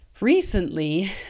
recently